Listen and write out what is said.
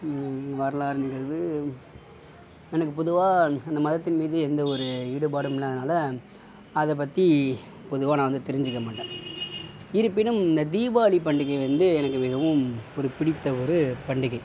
வரலாறு நிகழ்வு எனக்கு பொதுவாக அந்த மதத்தின் மீது எந்த ஒரு ஈடுபாடும் இல்லாதனால் அதை பற்றி பொதுவாக நான் வந்து தெரிஞ்சுக்க மாட்டேன் இருப்பினும் இந்த தீபாவளி பண்டிகை வந்து எனக்கு மிகவும் ஒரு பிடித்த ஒரு பண்டிகை